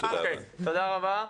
תודה רבה.